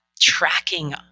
tracking